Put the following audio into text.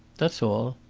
that's all,